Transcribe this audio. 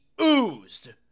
oozed